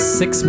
six